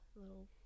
little